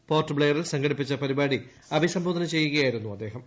port ബ്ലയറിൽ സംഘടിപ്പിച്ച പരിപാടി അഭിസംബോധന ചെയ്യുകയായിരുന്നു അദ്ദേഹം